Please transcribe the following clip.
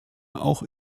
auch